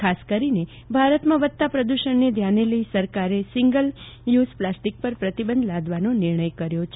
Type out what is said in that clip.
ખાસ કરીને ભારતમાં વધતા પ્રદ્ધષણને ધ્યાનમાં લઇ સરકારે સીંગલ યુઝ પ્લાસ્ટીક પર પ્રતિબંધ લાદવાનો નિર્ણચ કર્યો છે